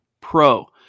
pro